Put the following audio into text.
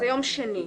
זה יום שני.